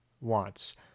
wants